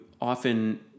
often